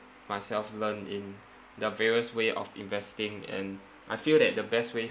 myself learn in the various way of investing and I feel that the best way